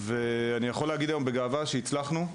ואני יכול להגיד היום בגאווה שהצלחנו.